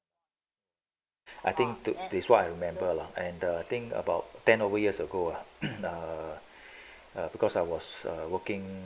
I think this why I remember lah and the thing about ten over years ago ah err err because I was err working